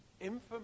Information